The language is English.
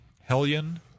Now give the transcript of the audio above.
Hellion